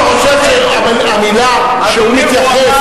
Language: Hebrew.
אם אתה חושב שהמלה שהוא מתייחס,